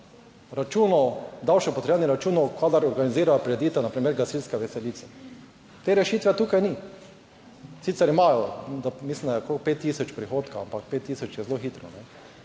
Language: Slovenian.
računov, davčno potrjevanje računov, kadar organizirajo prireditev, na primer gasilske veselice, te rešitve tukaj ni. Sicer imajo, da mislim, da je okrog 5 tisoč prihodkov, ampak 5 tisoč je zelo hitro.